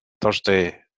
Thursday